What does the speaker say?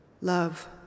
Love